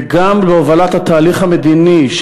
וגם בהובלת התהליך המדיני,